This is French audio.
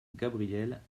gabrielle